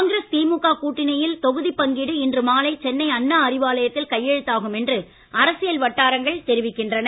காங்கிரஸ் திமுக கூட்டணியில் தொகுதி பங்கீடு இன்று மாலை சென்னை அண்ணா அறிவாலயத்தில் கையெழுத்தாகும் என்று அரசியல் வட்டாரங்கள் தெரிவிக்கின்றன